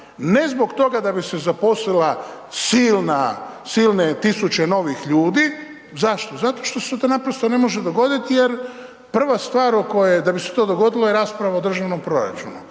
Ne zbog toga da bi se zaposlila silna, silne tisuće novih ljudi, zašto, zato što se to naprosto ne može dogoditi jer prva stvar o kojoj, da bi se to dogodilo je rasprava o državnom proračunu.